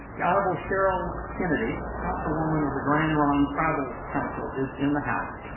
the honorable cheryl kennedy, council woman of the grand ron tribe el council is in the house.